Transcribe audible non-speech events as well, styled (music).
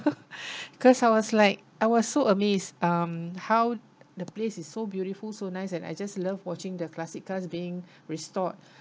(laughs) cause I was like I was so amazed um how the place is so beautiful so nice and I just love watching the classic cars being restored